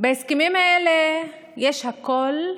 שבהסכמים האלה יש הכול,